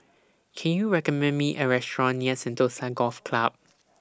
Can YOU recommend Me A Restaurant near Sentosa Golf Club